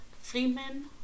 Freeman